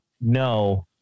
no